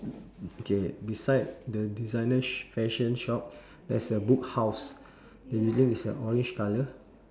okay beside the designer's fashion shop there's a book house the railing is a orange colour